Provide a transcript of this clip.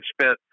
spent